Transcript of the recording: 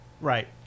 Right